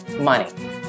money